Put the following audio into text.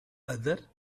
other